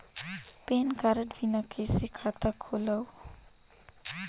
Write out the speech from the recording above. Pan card बिना कइसे खाता खोलव?